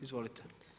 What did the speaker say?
Izvolite.